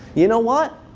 you know what?